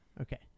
Okay